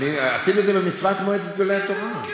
עשינו את זה במצוות מועצת גדולי התורה.